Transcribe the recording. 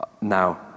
Now